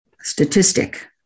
statistic